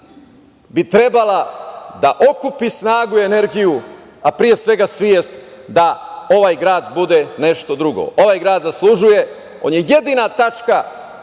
bi trebala da okupi snagu i energiju, a pre svega svest da ovaj grad bude nešto drugo. Ovaj grad zaslužuje i on je jedina tačka